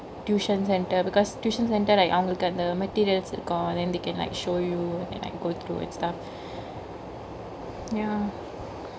tuition centre because tuition centre like அவங்களுக்கு அந்த:avagaluku anthe materials இருக்கு:iruku then they can like show you and like go through and stuff ya